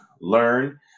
learn